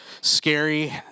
scary